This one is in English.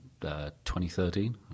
2013